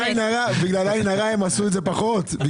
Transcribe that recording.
בגלל עין הרע, הם כתבו פחות.